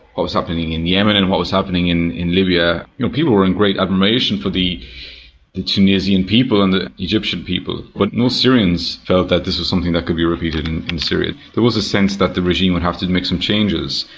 what was happening in yemen and what was happening in in libya. you know people people were in great admiration for the tunisian people and the egyptian people. but no syrians felt that this was something that could be repeated in in syria. there was a sense that the regime would have to make some changes,